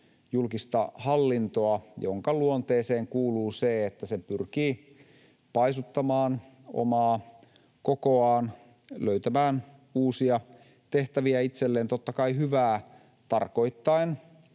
julkista hallintoa, jonka luonteeseen kuuluu se, että se pyrkii paisuttamaan omaa kokoaan, löytämään uusia tehtäviä itselleen, totta kai hyvää tarkoittaen.